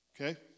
Okay